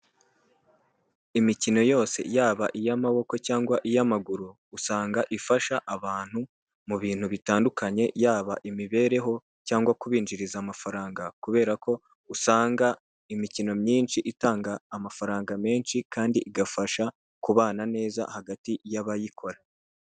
Imikino yose yaba iy'amaboko cyangwa iy'amaguru usanga ifasha abantu mu bintu bitandukanye yaba imibereho cyangwa kubinjiriza amafaranga, kubera ko usanga imikino myinshi itanga amafaranga menshi kandi igafasha kubana neza hagati y'abayikora.